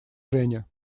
женя